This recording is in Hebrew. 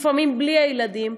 לפעמים בלי הילדים.